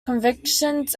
conventions